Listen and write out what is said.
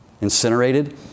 incinerated